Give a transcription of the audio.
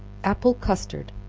apple custard.